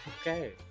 Okay